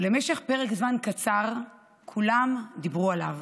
ולמשך פרק זמן קצר כולם דיברו עליו,